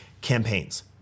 campaigns